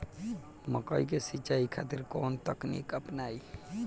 मकई के सिंचाई खातिर कवन तकनीक अपनाई?